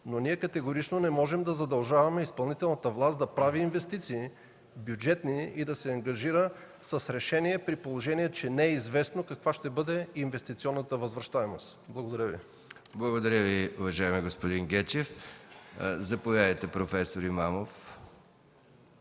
Но ние категорично не можем да задължаваме изпълнителната власт да прави бюджетни инвестиции и да се ангажира с решение, при положение че не е известно каква ще бъде инвестиционната възвръщаемост. Благодаря Ви. ПРЕДСЕДАТЕЛ МИХАИЛ МИКОВ: Благодаря Ви, уважаеми господин Гечев. Заповядайте, професор Имамов.